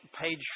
page